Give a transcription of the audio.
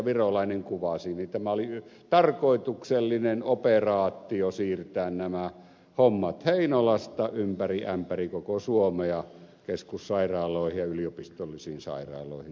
virolainen kuvasi niin tämä oli tarkoituksellinen operaatio siirtää nämä hommat heinolasta ympäri ämpäri koko suomea keskussairaaloihin ja yliopistollisiin sairaaloihin